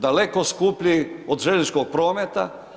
Daleko skuplji od željezničkog prometa.